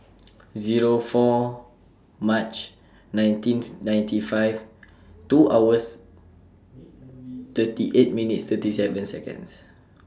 Zero four March nineteenth ninety five two hours thirty eight minutes thirty seven Seconds